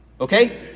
Okay